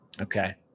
Okay